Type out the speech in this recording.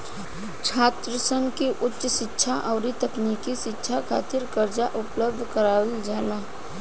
छात्रसन के उच शिक्षा अउरी तकनीकी शिक्षा खातिर कर्जा उपलब्ध करावल जाला